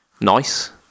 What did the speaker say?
nice